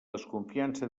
desconfiança